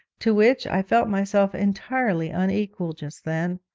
to which i felt myself entirely unequal just then.